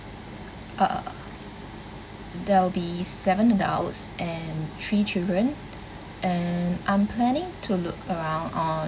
uh there will be seven adults and three children and I'm planning to look around on